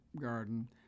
garden